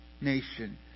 nation